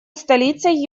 столицей